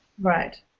Right